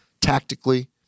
tactically